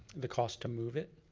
the cost to move it.